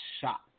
shocked